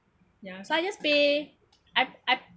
ya so I just pay I've I've